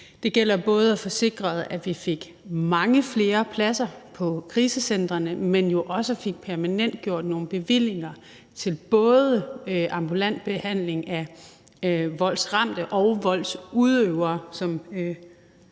Det gælder både at få sikret, at vi fik mange flere pladser på krisecentrene, men jo også at vi fik permanentgjort nogle bevillinger til ambulant behandling af både voldsramte og voldsudøvere.